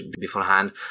beforehand